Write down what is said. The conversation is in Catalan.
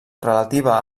relativa